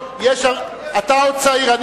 אתה עוד צעיר,